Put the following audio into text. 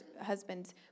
husbands